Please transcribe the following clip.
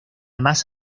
más